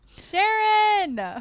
sharon